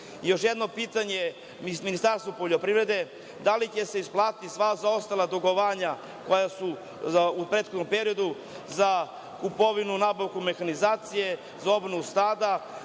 jedno pitanje Ministarstvu poljoprivrede - da li će se isplatiti sva zaostala dugovanja koja su u prethodnom periodu za kupovinu, nabavku mehanizacije za obnovu stada?